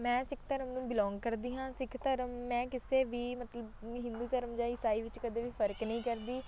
ਮੈਂ ਸਿੱਖ ਧਰਮ ਨੂੰ ਬਿਲੋਂਗ ਕਰਦੀ ਹਾਂ ਸਿੱਖ ਧਰਮ ਮੈਂ ਕਿਸੇ ਵੀ ਮਤਲਬ ਹਿੰਦੂ ਧਰਮ ਜਾਂ ਈਸਾਈ ਵਿੱਚ ਕਦੇ ਵੀ ਫਰਕ ਨਹੀਂ ਕਰਦੀ